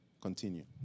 Continue